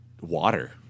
water